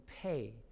pay